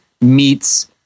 meets